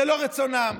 זה לא רצון העם.